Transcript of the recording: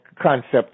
concept